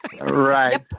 Right